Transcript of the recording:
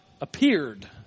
appeared